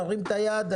תרים את היד,